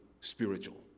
spiritual